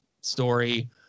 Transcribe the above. story